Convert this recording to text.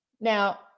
Now